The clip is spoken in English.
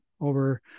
over